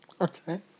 Okay